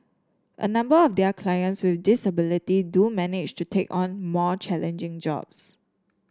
a number of their clients with disability do manage to take on more challenging jobs